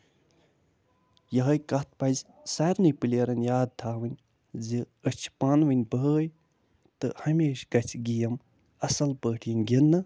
یِہٲے کَتھ پَزِ سارنٕے پِلیرَن یاد تھاوٕنۍ زِ أسۍ چھِ پانہٕ ؤنۍ بٲے تہٕ ہَمیشہٕ گژھِ گٮ۪م اَصٕل پٲٹھۍ یِنۍ گِندنہٕ